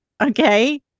okay